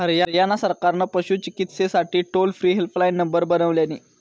हरयाणा सरकारान पशू चिकित्सेसाठी टोल फ्री हेल्पलाईन नंबर बनवल्यानी